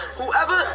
whoever